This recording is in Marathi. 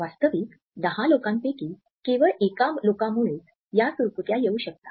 वास्तविक १० लोकांपैकी केवळ एका लोकामुळेच या सुरकुत्या येऊ शकतात